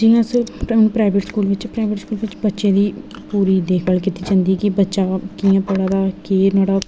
जि'यां अस private school बिच्च प्राइवेट स्कूल बिच्च बच्चें दी पूरी देख भाल कीती जंदी कि बच्चा कि'यां पढ़ा दा केह् नुआढ़ा